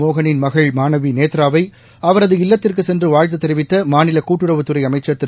மோகளின் மகள் மாணவி நேத்ராவை அவரது இல்லத்திற்கு சென்று வாழ்த்து தெரிவித்த மாநில கூட்டுறவுத்துறை அமைச்சா் திரு